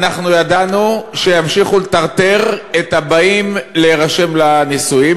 אנחנו ידענו שימשיכו לטרטר את הבאים להירשם לנישואים.